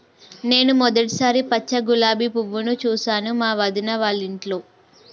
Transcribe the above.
నేను మొదటిసారి పచ్చ గులాబీ పువ్వును చూసాను మా వదిన వాళ్ళింట్లో